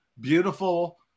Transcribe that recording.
beautiful